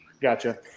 gotcha